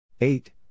Eight